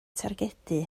targedu